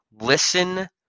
listen